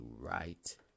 right